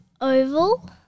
oval